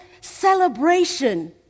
celebration